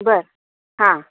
बरं हां